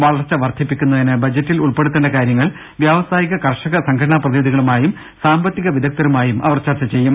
വളർച്ച വർദ്ധിപ്പിക്കുന്നതിന് ബജറ്റിൽ ഉൾപ്പെടുത്തേണ്ട കാര്യങ്ങൾ വ്യാവ സായിക കർഷക സംഘടനാ പ്രതിനിധികളുമായും സാമ്പത്തിക വിദഗ്ദ്ധരു മായും അവർ ചർച്ച ചെയ്യും